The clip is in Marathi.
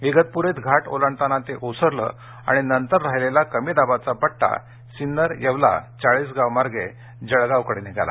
इगतपुरीत घाट ओलांडताना ते ओसरलं आणि नंतर राहिलेला कमी दाबाचा पट्टा सिन्नर येवला चाळीसगाव मार्गे जळगावकडे निघाला